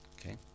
Okay